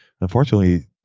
unfortunately